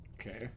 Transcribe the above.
Okay